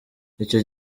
icyo